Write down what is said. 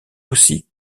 aussi